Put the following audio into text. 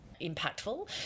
impactful